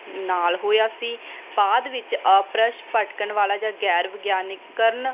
ਨਾਲ ਹੋਇਆ ਸੀ ਬਾਅਦ ਵਿੱਚ ਅਪਭ੍ਰੰਸ਼ ਭਟਕਣ ਵਾਲਾ ਜਾਂ ਗੈਰ ਵਿਗਿਆਨਿਕ ਕਰਨ